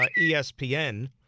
ESPN